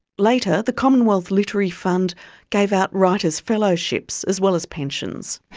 later, the commonwealth literary fund gave out writer's fellowships as well as pensions.